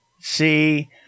See